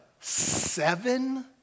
seven